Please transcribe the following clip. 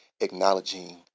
acknowledging